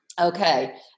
okay